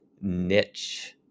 niche